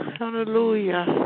hallelujah